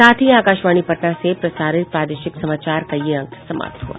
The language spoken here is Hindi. इसके साथ ही आकाशवाणी पटना से प्रसारित प्रादेशिक समाचार का ये अंक समाप्त हुआ